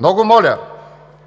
Много моля!